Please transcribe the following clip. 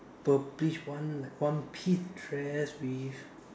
purplish one like one piece dress with